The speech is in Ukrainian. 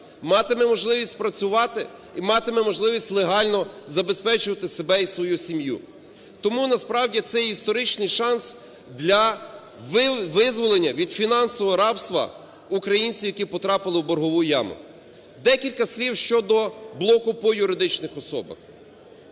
матиме можливість працювати і матиме можливість легально забезпечувати себе і свою сім'ю. Тому насправді це історичний шанс для визволення від фінансового рабства українців, які потрапили в боргову яму. Декілька слів щодо блоку по юридичних особах.